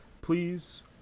please